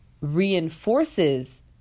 reinforces